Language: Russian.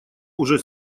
уже